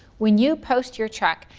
when you post your truck,